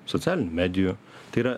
socialinių medijų tai yra